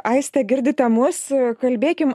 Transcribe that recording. aiste girdite mus kalbėkim